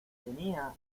tenía